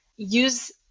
use